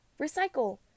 Recycle